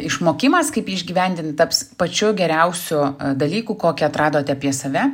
išmokimas kaip jį išgyvendint taps pačiu geriausiu dalyku kokią atradote apie save